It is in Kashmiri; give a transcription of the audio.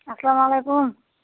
اَسلام علیکُم